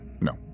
no